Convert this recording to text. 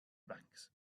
banks